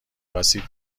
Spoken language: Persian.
آسیب